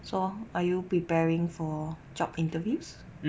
so are you preparing for job interviews